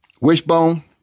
Wishbone